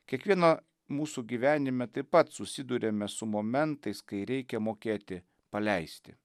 kiekvieno mūsų gyvenime taip pat susiduriame su momentais kai reikia mokėti paleisti